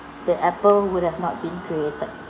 the Apple would have not been created